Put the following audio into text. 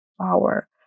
power